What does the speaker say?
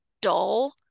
dull